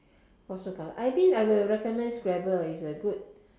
possible I think I would recommend scrabble is a good